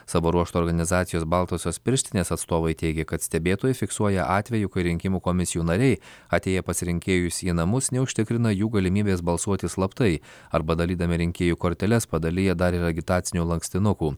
savo ruožtu organizacijos baltosios pirštinės atstovai teigė kad stebėtojai fiksuoja atvejų kai rinkimų komisijų nariai atėję pas rinkėjus į namus neužtikrina jų galimybės balsuoti slaptai arba dalydami rinkėjų korteles padalija dar ir agitacinių lankstinukų